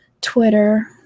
twitter